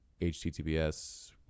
HTTPS